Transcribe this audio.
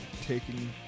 taking